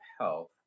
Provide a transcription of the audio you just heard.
health